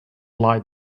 light